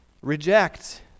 reject